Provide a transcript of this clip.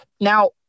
now